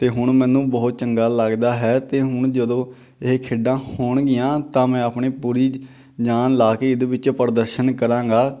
ਅਤੇ ਹੁਣ ਮੈਨੂੰ ਬਹੁਤ ਚੰਗਾ ਲੱਗਦਾ ਹੈ ਅਤੇ ਹੁਣ ਜਦੋਂ ਇਹ ਖੇਡਾਂ ਹੋਣਗੀਆਂ ਤਾਂ ਮੈਂ ਆਪਣੀ ਪੂਰੀ ਜਾਨ ਲਾ ਕੇ ਇਹਦੇ ਵਿੱਚ ਪ੍ਰਦਰਸ਼ਨ ਕਰਾਂਗਾ